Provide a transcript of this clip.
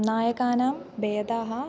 नायकानां भेदाः